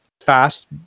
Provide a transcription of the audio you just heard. fast